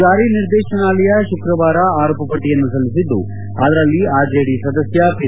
ಜಾರಿ ನಿರ್ದೇಶನಾಲಯ ಶುಕ್ರವಾರ ಆರೋಪ ಪಟ್ಟಿಯನ್ನು ಸಲ್ಲಿಸಿದ್ದು ಅದರಲ್ಲಿ ಆರ್ಜೆಡಿ ಸದಸ್ಯ ಪಿ